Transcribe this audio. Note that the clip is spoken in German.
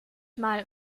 mal